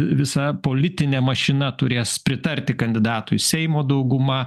visa politinė mašina turės pritarti kandidatui seimo dauguma